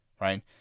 right